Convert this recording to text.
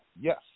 Yes